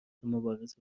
مبارزه